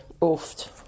Oft